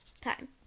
time